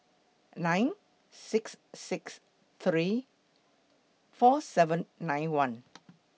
nine six six three four seven nine one